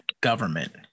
government